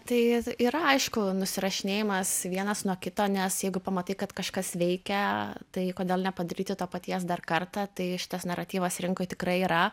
tai yra aišku nusirašinėjimas vienas nuo kito nes jeigu pamatai kad kažkas veikia tai kodėl nepadaryti to paties dar kartą tai šitas naratyvas rinkoj tikrai yra